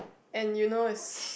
and you know it's